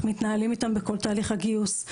איך מתנהלים איתם בכל תהליך הגיוס.